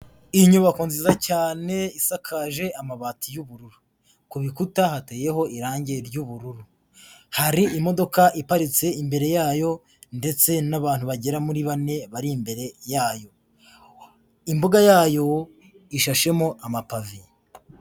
Inyubako nziza cyane isakaje amabati y'ubururu, ku bikuta hateyeho irange ry'ubururu, hari imodoka iparitse imbere yayo ndetse n'abantu bagera muri bane bari imbere yayo, imbuga yayo ishashemo amapave.